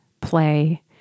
play